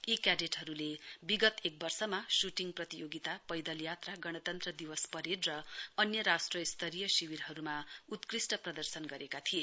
यी क्याडेटहरुले विगत एक वर्षमा शुटिङ प्रतियोगिता पैदलयात्रा गणतन्त्र दिवस परेड र अन्य राष्ट्र स्तरीय शिविरहरुमा उत्कृष्ट प्रदर्शन गरेका थिए